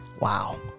wow